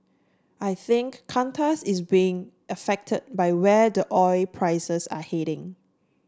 I think Qantas is being affected by where the oil prices are headed